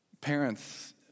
Parents